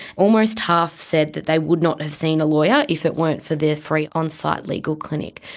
almost half said that they would not have seen a lawyer if it weren't for the free on-site legal clinic.